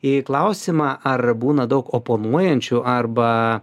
į klausimą ar būna daug oponuojančių arba